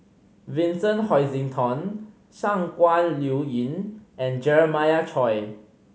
Vincent Hoisington Shangguan Liuyun and Jeremiah Choy